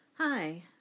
Hi